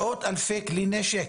מאות אלפי כלי נשק.